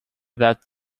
that